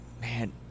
Man